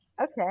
Okay